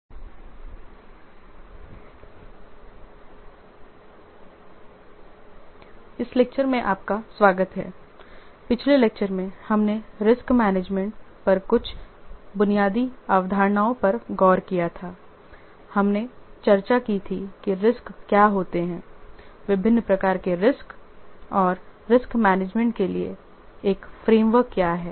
इस व्याख्यान में आपका स्वागत है पिछले व्याख्यान में हमने रिस्क मैनेजमेंट पर कुछ बुनियादी अवधारणाओं पर गौर किया था हमने चर्चा की थी कि रिस्क क्या होते हैं विभिन्न प्रकार के रिस्क और रिस्क मैनेजमेंट के लिए एक फ्रेमवर्क क्या है